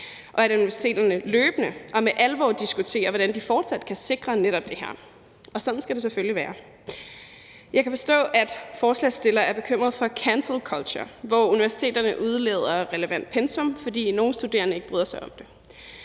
og at universiteterne løbende og med alvor diskuterer, hvordan de fortsat kan sikre netop det her. Og sådan skal det selvfølgelig være. Jeg kan forstå, at forslagsstillerne er bekymrede for cancel culture, hvor universiteterne udelader relevant pensum, fordi nogle studerende ikke bryder sig om det.